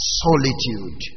solitude